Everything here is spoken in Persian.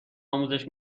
آموزش